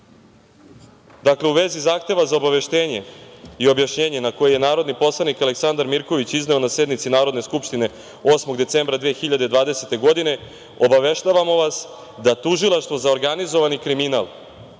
„U vezi zahteva za obaveštenje i objašnjenje na koje je narodni poslanik Aleksandar Mirković izneo na sednici Narodne skupštine 8. decembra 2020. godine, obaveštavamo vas da Tužilaštvo za organizovani kriminal